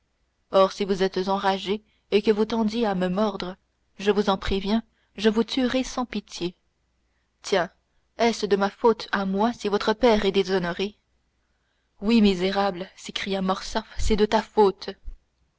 or si vous êtes enragé et que vous tendiez à me mordre je vous en préviens je vous tuerai sans pitié tiens est-ce ma faute à moi si votre père est déshonoré oui misérable s'écria morcerf c'est ta faute